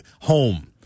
home